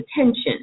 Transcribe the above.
attention